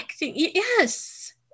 Yes